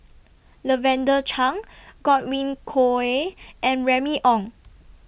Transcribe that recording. Lavender Chang Godwin Koay and Remy Ong